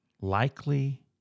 likely